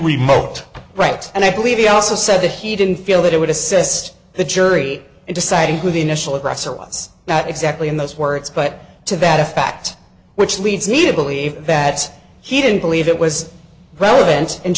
remote right and i believe he also said that he didn't feel that it would assist the jury in deciding who the initial aggressor was not exactly in those words but to bad a fact which leads me to believe that he didn't believe it was relevant and